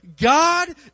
God